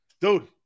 dude